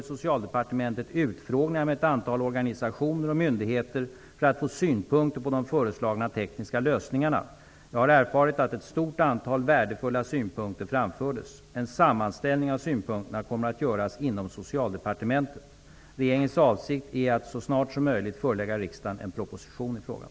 Socialdepartementet utfrågningar med dels ett antal organisationer, dels ett antal myndigheter för att få synpunkter på de föreslagna tekniska lösningarna. Jag har erfarit att ett stort antal värdefulla synpunkter framfördes. En sammanställning av synpunkterna kommer att göras inom Socialdepartementet. Regeringens avsikt är nu att så snart som möjligt förelägga riksdagen en proposition i frågan.